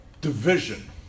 division